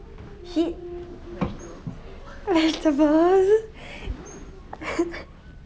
sh~ vegetable